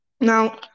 Now